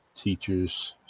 teachers